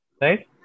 Right